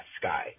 sky